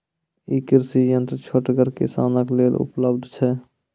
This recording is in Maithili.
ई कृषि यंत्र छोटगर किसानक लेल उपलव्ध छै?